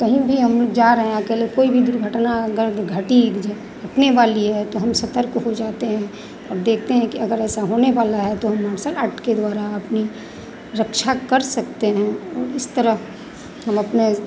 कहीं भी हम जा रहे हैं अकेले तो कोई भी दुर्घटना अगर घटी घटने वाली है तो हम सतर्क हो जाते हैं और देखते है कि अगर ऐसा होने वाला है तो हम मार्सल आर्ट के द्वारा अपनी रक्षा कर सकते हैं और इस तरह हम अपने